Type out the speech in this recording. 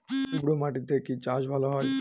উর্বর মাটিতে কি চাষ ভালো হয়?